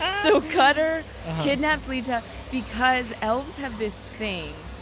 ah so cutter kidnaps leetah because elves have this thing,